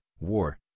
war